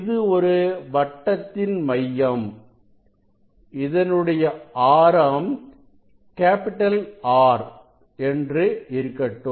இது ஒரு வட்டத்தின் மையம் இதனுடைய ஆரம் R என்று இருக்கட்டும்